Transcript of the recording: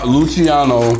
Luciano